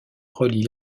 relient